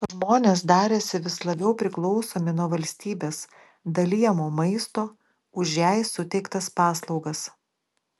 žmonės darėsi vis labiau priklausomi nuo valstybės dalijamo maisto už jai suteiktas paslaugas